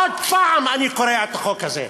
עוד פעם אני קורע את החוק הזה.